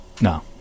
No